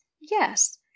Yes